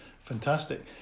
fantastic